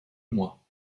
mois